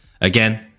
again